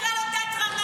אתה תקרא לו תת-רמה?